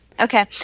Okay